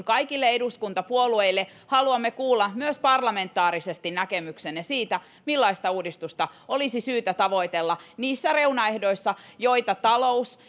kaikille eduskuntapuolueille haluamme kuulla myös parlamentaarisesti näkemyksenne siitä millaista uudistusta olisi syytä tavoitella niissä reunaehdoissa joita talous